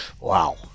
Wow